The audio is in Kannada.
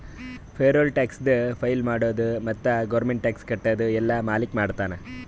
ಪೇರೋಲ್ ಟ್ಯಾಕ್ಸದು ಫೈಲ್ ಮಾಡದು ಮತ್ತ ಗೌರ್ಮೆಂಟ್ಗ ಟ್ಯಾಕ್ಸ್ ಕಟ್ಟದು ಎಲ್ಲಾ ಮಾಲಕ್ ಮಾಡ್ತಾನ್